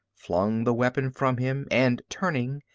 flung the weapon from him, and turning,